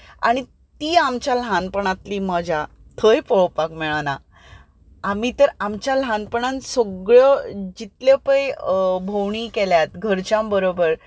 आनी ती आमच्या ल्हानपणांतली मज्या थंय पळोवपाक मेळना आमी तर आमच्या ल्हानपणांत सगल्यो जितल्यो पळय भोंवडी केल्यात घरच्यां बरोबर